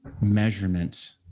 measurement